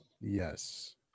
yes